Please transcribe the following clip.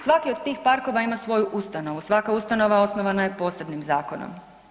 Svaki od tih parkova ima svoju ustanovu, svaka ustanova osnovana je posebnim zakonom.